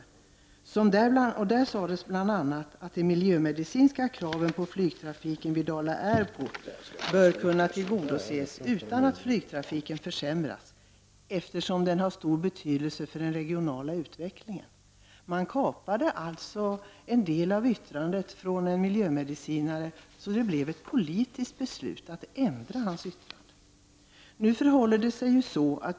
I detta yttrande framkom bl.a. att de miljömedicinska kraven på flygtrafiken vid Dala Airport bör kunna tillgodoses utan att flygtrafiken försämras, eftersom den har stor betydelse för den regionala utvecklingen. En del av yttrandet från en miljömedicinare kapades alltså, så att det blev ett politiskt beslut att ändra hans yttrande.